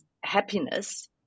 happiness